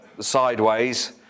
sideways